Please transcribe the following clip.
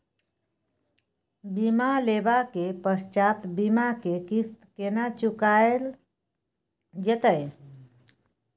बीमा लेबा के पश्चात बीमा के किस्त केना चुकायल जेतै?